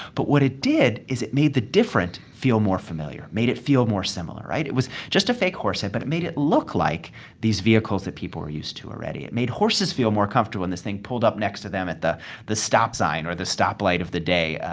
but what it did is it made the different feel more familiar made it feel more similar, right? it was just a fake horse head, but it made it look like these vehicles that people are used to already. it made horses feel more comfortable when this thing pulled up next to them at the the stop sign or the stop light of the day,